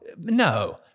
no